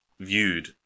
viewed